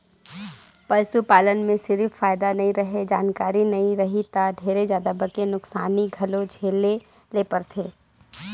पसू पालन में सिरिफ फायदा नइ रहें, जानकारी नइ रही त ढेरे जादा बके नुकसानी घलो झेले ले परथे